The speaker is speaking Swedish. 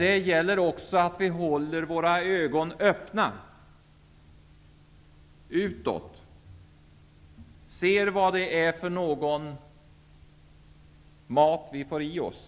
Det gäller också att vi håller våra ögon öppna utåt och ser vilken mat vi får i oss.